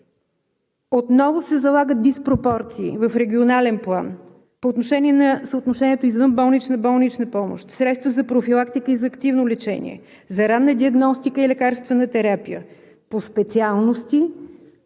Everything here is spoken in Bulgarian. Отново се залагат диспропорции в регионален план по отношение на съотношението извънболнична и болнична помощ – средства за профилактика и за активно лечение, за ранна диагностика и лекарствена терапия, по специалности,